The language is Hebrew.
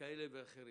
כאלה ואחרים,